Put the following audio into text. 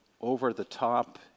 over-the-top